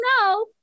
no